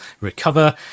recover